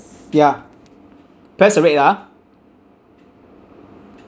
ya press the red ah